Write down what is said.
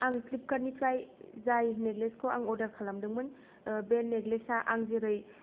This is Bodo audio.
आं फ्लिपकार्टनिफ्राय जाय नेक्लेसखौ आं अर्डार खालामदोंमोन नेक्लेस आ आं जेरै